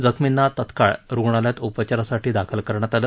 जखमींना तात्काळ रुग्णालयात उपचारासाठी दाखल करण्यात आलं